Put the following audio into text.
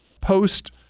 post